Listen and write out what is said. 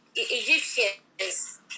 Egyptians